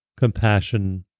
compassion